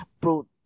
bro